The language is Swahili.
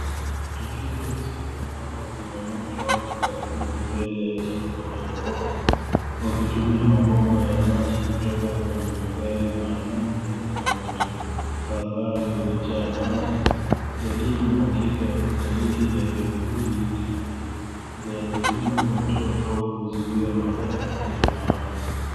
Tokeo la usiku ambapo wazima moto wako kazini mbele ya jengo la gorofa wakitumia mabomba ya maji kutoka kwenye magari maalumu ya zima moto, barabara imejaa maji yaliyo mwagika dalili ya juhudi kali ya kuzima moto au kuzuia madhara ya maafa.